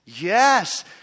Yes